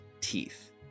teeth